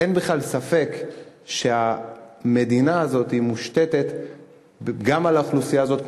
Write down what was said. אין בכלל ספק שהמדינה הזאת מושתתת גם על האוכלוסייה הזאת,